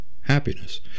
happiness